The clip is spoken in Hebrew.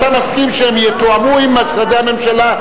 אתה מסכים שהם יתואמו עם משרדי הממשלה?